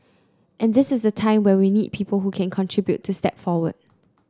and this is a time when we need people who can contribute to step forward